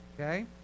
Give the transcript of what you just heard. okay